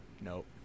Nope